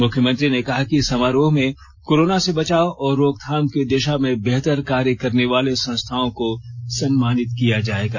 मुख्यमंत्री ने कहा कि समारोह में कोरोना से बचाव और रोकथाम की दिशा में बेहतर कार्य करने वाले संस्थाओं को सम्मानित किया जाएगा